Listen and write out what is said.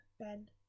Ben